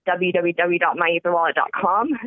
www.myetherwallet.com